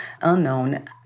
unknown